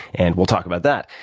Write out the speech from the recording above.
and we'll talk about that.